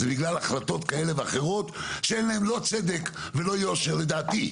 זה בגלל החלטות כאלה ואחרות שלדעתי אין להם לא צדק ולא יושר.